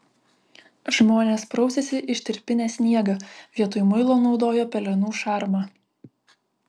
žmonės prausėsi ištirpinę sniegą vietoj muilo naudojo pelenų šarmą